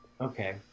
Okay